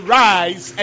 rise